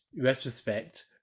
retrospect